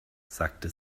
sagte